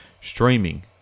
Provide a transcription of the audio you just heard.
Streaming